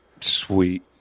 Sweet